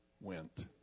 went